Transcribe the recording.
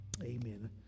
Amen